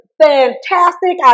Fantastic